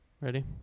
Ready